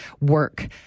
work